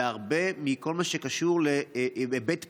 אלא הרבה מכל מה שקשור בהיבט פלילי.